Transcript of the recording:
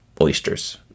oysters